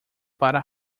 para